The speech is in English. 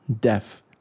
death